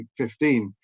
2015